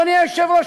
אדוני היושב-ראש,